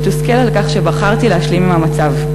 מתוסכלת על כך שבחרתי להשלים עם המצב.